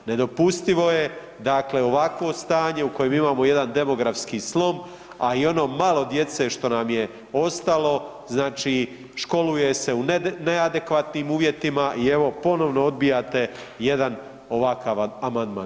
Nedopustivo je dakle ovakvo stanje u kojem imamo jedan demografski slom, a i ono malo djece što nam je ostalo znači školuje se u neadekvatnim uvjetima i evo ponovno odbijate jedan ovakav amandman.